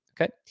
Okay